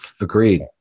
agreed